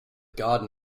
garden